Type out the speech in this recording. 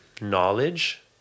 knowledge